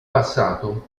passato